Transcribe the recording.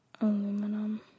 Aluminum